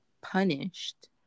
punished